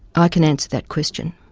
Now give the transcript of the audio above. i can answer that question.